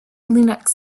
linux